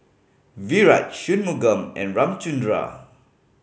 Virat Shunmugam and Ramchundra